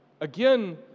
Again